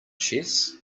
chess